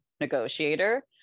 negotiator